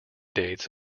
dates